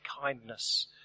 kindness